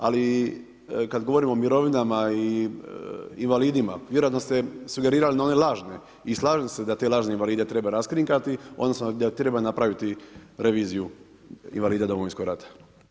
Ali, kad govorimo o mirovinama i invalidima, vjerojatno ste sugerirali na one lažne i slažem se da te lažne invalide treba raskrinkati odnosno da treba napraviti reviziju invalida Domovinskog rata.